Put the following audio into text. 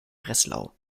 breslau